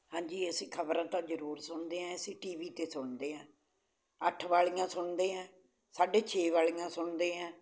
ਹਾਂਜੀ ਅਸੀਂ ਖ਼ਬਰਾਂ ਤਾਂ ਜ਼ਰੂਰ ਸੁਣਦੇ ਹਾਂ ਅਸੀਂ ਟੀ ਵੀ 'ਤੇ ਸੁਣਦੇ ਹਾਂ ਅੱਠ ਵਾਲੀਆਂ ਸੁਣਦੇ ਹਾਂ ਸਾਢੇ ਛੇ ਵਾਲੀਆਂ ਸੁਣਦੇ ਹਾਂ